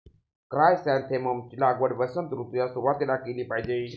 chrysanthemum ची लागवड वसंत ऋतूच्या सुरुवातीला केली पाहिजे